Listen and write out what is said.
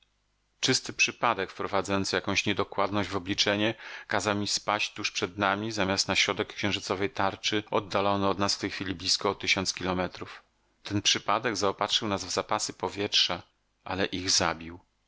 czysty przypadek wprowadzający jakąś niedokładność w obliczenie kazał im spaść tuż przed nami zamiast na środek księżycowej tarczy oddalony od nas w tej chwili blizko o tysiąc kilometrów ten przypadek zaopatrzył nas w zapasy powietrza ale ich zabił